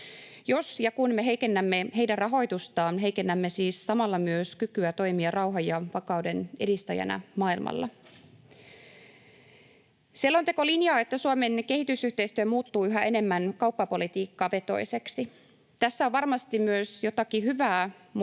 Jos ja kun me heikennämme heidän rahoitustaan, heikennämme siis samalla myös kykyä toimia rauhan ja vakauden edistäjänä maailmalla. Selonteko linjaa, että Suomen kehitysyhteistyö muuttuu yhä enemmän kauppapolitiikkavetoiseksi. Tässä on varmasti myös jotakin hyvää mutta